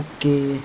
Okay